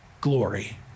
glory